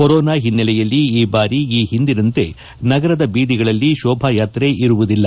corona ಹಿನ್ನೆಲೆಯಲ್ಲಿ ಈ ಬಾರಿ ಈ ಹಿಂದಿನಂತೆ ನಗರದ ಬೀದಿಗಳಲ್ಲಿ ಕೋಭಾಯಾತ್ರೆ ಇರುವುದಿಲ್ಲ